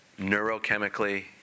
neurochemically